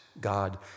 God